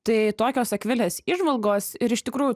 tai tokios akvilės įžvalgos ir iš tikrųjų